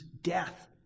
death